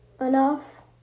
enough